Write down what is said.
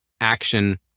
Action